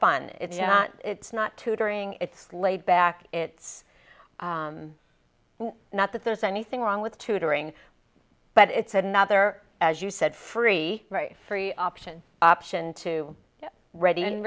fun and yeah it's not tutoring it's laid back it's not that there's anything wrong with tutoring but it's another as you said free free option option to read